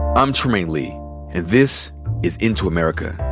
i'm trymaine lee. and this is into america.